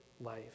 life